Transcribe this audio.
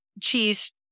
cheese